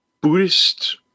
Buddhist